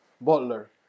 Butler